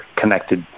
connected